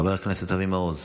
חבר הכנסת אבי מעוז,